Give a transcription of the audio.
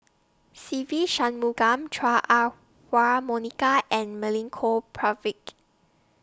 Se Ve Shanmugam Chua Ah Huwa Monica and Milenko Prvacki